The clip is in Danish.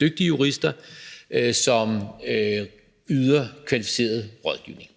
dygtige jurister, som yder kvalificeret rådgivning.